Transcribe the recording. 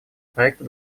проекта